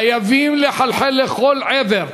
חייבת לחלחל לכל עבר.